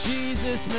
Jesus